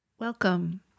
Welcome